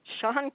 Sean